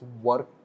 work